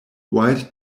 wide